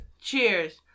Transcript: Cheers